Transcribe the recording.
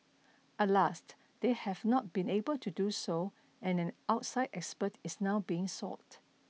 at last they have not been able to do so and an outside expert is now being sought